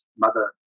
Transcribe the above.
mother